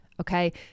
okay